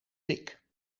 dik